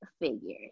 Figures